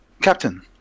Captain